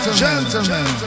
gentlemen